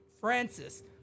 Francis